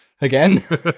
Again